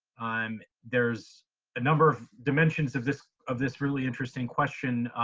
um there's a number of dimensions of this of this really interesting question.